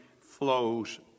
flows